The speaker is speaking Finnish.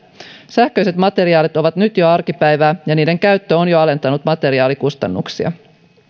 sähköiset materiaalit ovat jo nyt arkipäivää ja niiden käyttö on jo alentanut materiaalikustannuksia myös